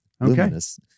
Luminous